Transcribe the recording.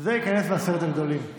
ללא מתנגדים וללא נמנעים.